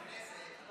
הכנסת.